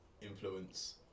influence